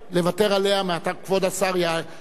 כבוד השר יעלה ויבוא לדוכן.